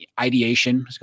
ideation